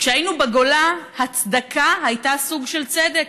כשהיינו בגולה הצדקה הייתה סוג של צדק.